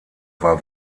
war